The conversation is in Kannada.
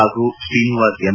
ಹಾಗೂ ಶ್ರೀನಿವಾಸ್ ಎಂ